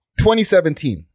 2017